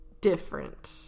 different